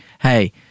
hey